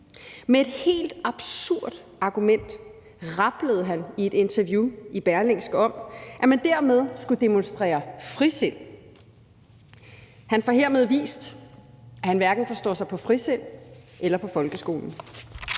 Med et helt absurd argument rablede det for ham i et interview i Berlingske, hvor han sagde, at man dermed skulle demonstrere frisind. Han får hermed vist, at han hverken forstår sig på frisind eller på folkeskolen,